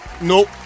Nope